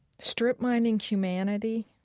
strip-mining humanity?